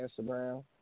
Instagram